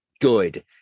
good